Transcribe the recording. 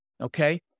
okay